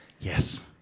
Yes